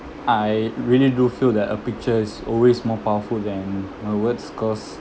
I really do feel that a picture is always more powerful than my words cause